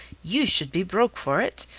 you should be broke for it.